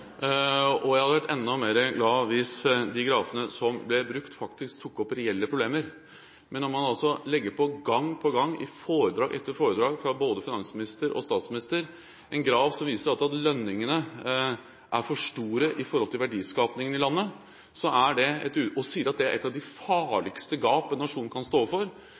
og jeg hadde blitt enda mer glad hvis de grafene som ble brukt, faktisk tok opp reelle problemer. Når man gang på gang i foredrag etter foredrag fra både finansminister og statsminister legger fram en graf som viser at lønningene er for store i forhold til verdiskapingen i landet, og sier at det er et av de farligste gap en nasjon kan stå overfor,